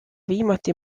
viimati